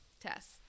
Tess